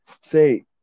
say